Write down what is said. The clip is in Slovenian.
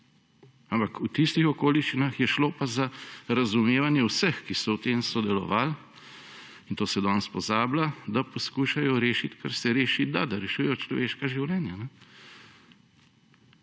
Ampak v tistih okoliščinah je šlo pa za razumevanje vseh, ki so v tem sodelovali, in na to se danes pozablja, da poskušajo rešiti, kar se rešiti da, da rešujejo človeška življenja,